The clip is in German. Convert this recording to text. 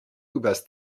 übers